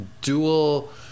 dual